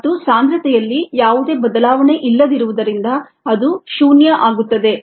ಮತ್ತು ಸಾಂದ್ರತೆಯಲ್ಲಿ ಯಾವುದೇ ಬದಲಾವಣೆ ಇಲ್ಲದಿರುವುದರಿಂದ ಅದು ಶೂನ್ಯ ಆಗುತ್ತದೆ